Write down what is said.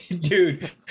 dude